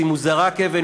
אם הוא זרק אבן,